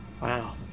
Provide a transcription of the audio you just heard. Wow